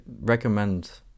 recommend